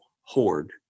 hoard